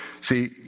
See